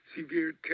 severe